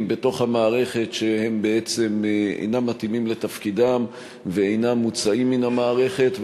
בתוך המערכת שבעצם אינם מתאימים לתפקידם ואינם מוּצָאים מן המערכת.